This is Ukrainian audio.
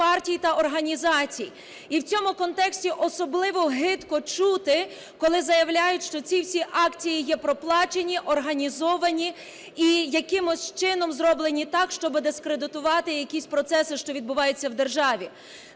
партій та організацій, і в цьому контексті особливо гидко чути, коли заявляють, що всі ці акції є проплачені, організовані і якимось чином зроблені так, щоби дискредитувати якісь процеси, що відбуваються в державі.